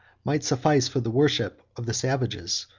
might suffice for the worship of the savages,